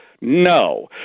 No